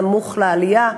בטח לא בזמן הסמוך לעלייה,